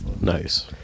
Nice